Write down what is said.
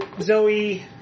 Zoe